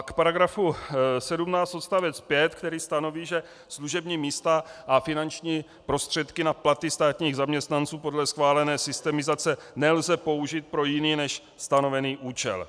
K § 17 odst. 5, který stanoví, že služební místa a finanční prostředky na platy státních zaměstnanců podle schválené systemizace nelze použít pro jiný než stanovený účel.